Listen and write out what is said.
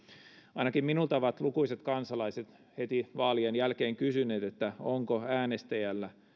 ainakin minulta ovat lukuisat kansalaiset heti vaalien jälkeen kysyneet onko äänestäjällä